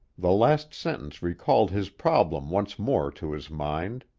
the last sentence recalled his problem once more to his mind.